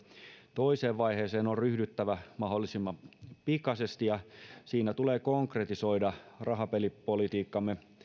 toiseen vaiheeseen on ryhdyttävä mahdollisimman pikaisesti ja siinä tulee konkretisoida rahapelipolitiikkamme